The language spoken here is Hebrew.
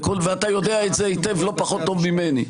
ואתה יודע את זה היטב, לא פחות טוב ממני.